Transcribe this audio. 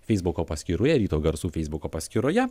feisbuko paskyroje ryto garsų feisbuko paskyroje